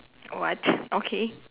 what okay